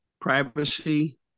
privacy